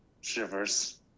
shivers